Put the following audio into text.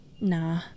Nah